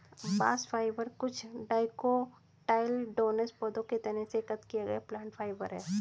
bast fibre कुछ dicotyledonous पौधों के तने से एकत्र किया गया प्लांट फाइबर है